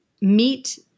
meet